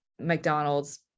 mcdonald's